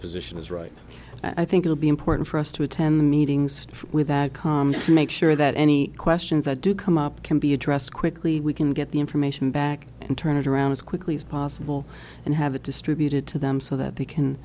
position is right i think it will be important for us to attend meetings with that to make sure that any questions that do come up can be addressed quickly we can get the information back and turn it around as quickly as possible and have a distributed to them so that they